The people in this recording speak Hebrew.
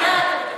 מקנאה אתה מדבר.